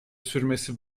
sürmesi